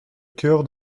cœur